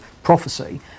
prophecy